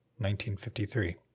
1953